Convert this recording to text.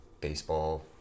baseball